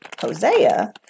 Hosea